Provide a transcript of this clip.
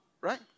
right